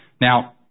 Now